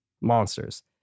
monsters